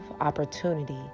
opportunity